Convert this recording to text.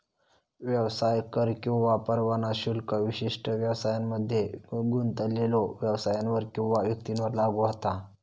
व्यवसाय कर किंवा परवाना शुल्क विशिष्ट व्यवसायांमध्ये गुंतलेल्यो व्यवसायांवर किंवा व्यक्तींवर लागू होता